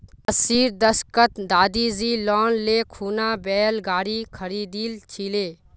अस्सीर दशकत दादीजी लोन ले खूना बैल गाड़ी खरीदिल छिले